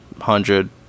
hundred